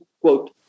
quote